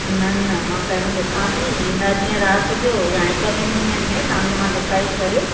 न न मां पहिरियों ॾिसा थी ईंदा जीअं राति जो या हिकु ॿिनि ॾींहंनि में तव्हांजो मां डिसाइड करे